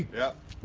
yep.